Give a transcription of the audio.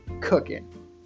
cooking